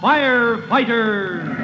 Firefighters